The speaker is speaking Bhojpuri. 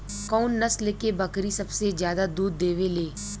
कउन नस्ल के बकरी सबसे ज्यादा दूध देवे लें?